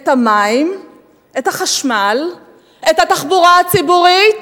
את מחירי המים, החשמל, התחבורה הציבורית,